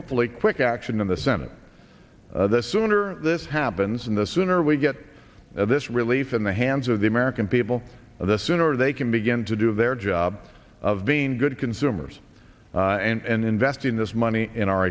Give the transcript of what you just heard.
hopefully quick action in the senate the sooner this happens in the sooner we get this relief in the hands of the american people and the sooner they can begin to do their job of being good consumers and invest in this money in our